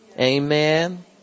Amen